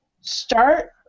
start